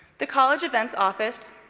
the college events office,